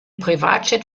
privatjet